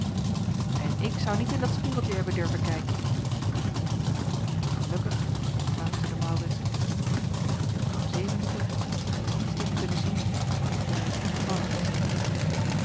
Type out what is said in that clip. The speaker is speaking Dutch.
n ik zou niet in dat spiegeltje hebben durven kijken elukkig fluisterde aurits heeft uffrouw evenster er niets in kunnen zien dan wat lief en bevallig is